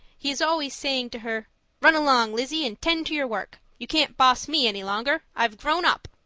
he's always saying to her run along, lizzie, and tend to your work. you can't boss me any longer. i've grown up